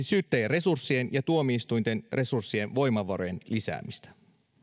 syyttäjien resurssien ja tuomioistuinten resurssien voimavarojen lisääminen